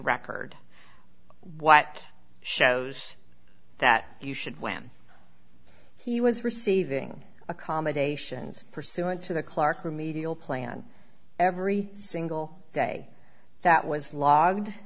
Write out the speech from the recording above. record what shows that you should when he was receiving accommodations pursuant to the clarke remedial plan every single day that was log